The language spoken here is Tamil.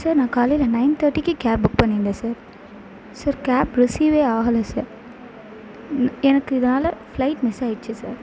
சார் நான் காலையில் நைன் தேர்ட்டிக்கே கேப் புக் பண்ணியிருந்தேன் சார் சார் கேப் ரிசீவ்வே ஆகலை சார் எனக்கு இதனால் ஃபிளைட் மிஸ்சாயிடுச்சு சார்